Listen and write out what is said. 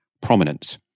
prominence